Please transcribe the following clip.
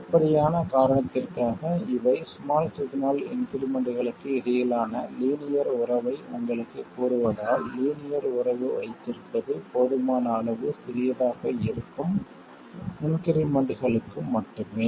வெளிப்படையான காரணத்திற்காக இவை ஸ்மால் சிக்னல் இன்க்ரிமெண்ட்களுக்கு இடையிலான லீனியர் உறவை உங்களுக்குக் கூறுவதால் லீனியர் உறவு வைத்திருப்பது போதுமான அளவு சிறியதாக இருக்கும் இன்க்ரிமெண்ட்களுக்கு மட்டுமே